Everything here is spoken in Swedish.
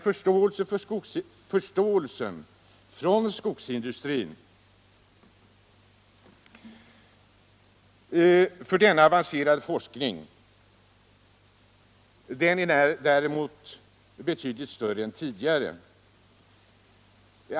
Förståelsen från skogsindustrin för denna avancerade forskning är däremot nu betydligt större än tidigare.